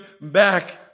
back